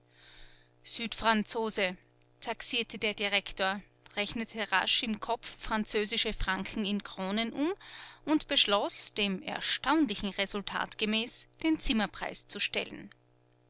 südfranzose taxierte der direktor rechnete rasch im kopf französische franken in kronen um und beschloß dem erstaunlichen resultat gemäß den zimmerpreis zu stellen